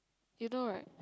you know right